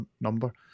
number